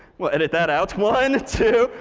we'll edit that out one, two,